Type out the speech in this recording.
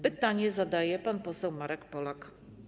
Pytanie zadaje pan poseł Marek Polak.